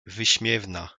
wyśmiewna